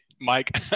mike